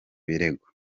birego